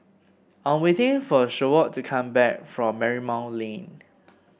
I'm waiting for Seward to come back from Marymount Lane